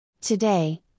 Today